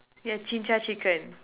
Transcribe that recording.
yeah Jinja-chicken